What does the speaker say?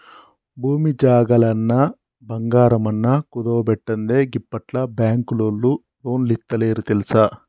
భూమి జాగలన్నా, బంగారమన్నా కుదువబెట్టందే గిప్పట్ల బాంకులోల్లు లోన్లిత్తలేరు తెల్సా